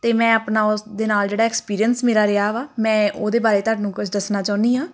ਅਤੇ ਮੈਂ ਆਪਣਾ ਉਸ ਦੇ ਨਾਲ ਜਿਹੜਾ ਐਕਸਪੀਰੀਅੰਸ ਮੇਰਾ ਰਿਹਾ ਵਾ ਮੈਂ ਉਹਦੇ ਬਾਰੇ ਤੁਹਾਨੂੰ ਕੁਝ ਦੱਸਣਾ ਚਾਹੁੰਦੀ ਹਾਂ